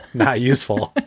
now. useful